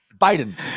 Biden